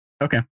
Okay